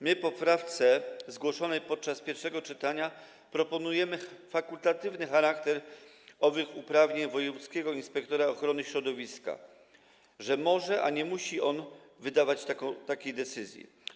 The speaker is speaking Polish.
My w poprawce zgłoszonej podczas pierwszego czytania proponujemy fakultatywny charakter owych uprawnień wojewódzkiego inspektora ochrony środowiska - że może, a nie musi on wydawać takiej decyzji.